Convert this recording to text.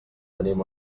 tenim